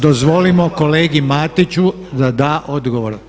Dozvolimo kolegi Matiću da da odgovor.